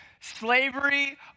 slavery